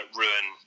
ruin